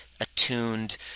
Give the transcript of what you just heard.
attuned